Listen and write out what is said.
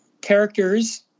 characters